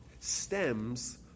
stems